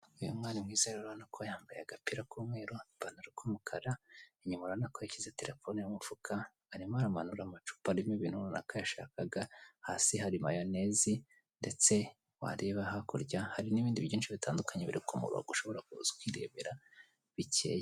Uyu mwana mwiza rero ubona ko yambaye agapira k'umweru ipantaro k'umukara, inyuma urabona ko yishyize telefone mu mufuka, arimo aramanura amacupa arimo ibintu runaka yashakaga, hasi hari mayonezi ndetse wareba hakurya hari n'ibindi byinshi bitandukanye biri ku murongo ushobora kuza ukirebera bikeye.